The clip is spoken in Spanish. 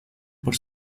por